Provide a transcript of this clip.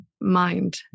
mind